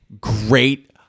great